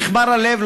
נכמר הלב,